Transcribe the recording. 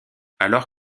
alors